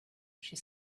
she